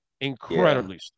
Incredibly